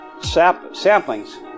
samplings